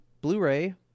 blu-ray